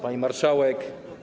Pani Marszałek!